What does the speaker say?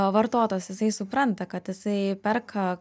vartotojas jisai supranta kad jisai perka